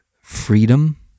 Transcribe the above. freedom